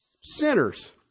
sinners